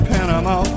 Panama